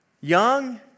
Young